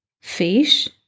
Fish